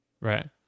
Right